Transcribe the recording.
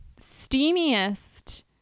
steamiest